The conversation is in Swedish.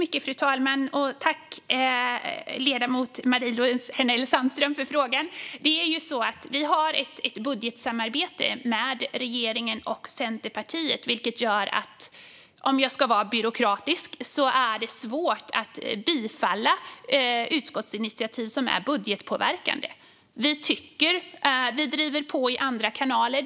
Fru talman! Tack, ledamot Marie-Louise Hänel Sandström, för frågan! Vi har ett budgetsamarbete med regeringen och Centerpartiet, vilket gör att, om jag ska vara byråkratisk, det är svårt att bifalla utskottsinitiativ som är budgetpåverkande. Vi driver på i andra kanaler.